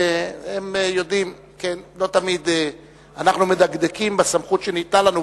והם יודעים שלא תמיד אנחנו מדקדקים בסמכות שניתנה לנו,